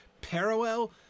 parallel